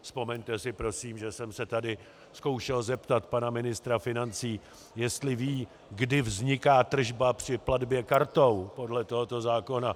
Vzpomeňte si prosím, že jsem se tady zkoušel zeptat pana ministra financí, jestli ví, kdy vzniká tržba při platbě kartou podle tohoto zákona.